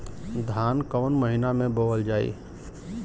धान कवन महिना में बोवल जाई?